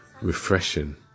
refreshing